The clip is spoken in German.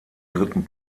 dritten